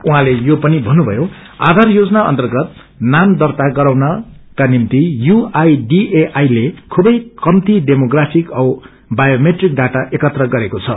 उहाँले यो पनि भन्नुभयो आयार योजना अर्न्तगत नाम दर्जा गराउनका निम्ति यूआईडिएआई ले छूलै कम्ती डेमोग्राफिक औ बायोमेट्रिक डार्य एकत्र गरेको छ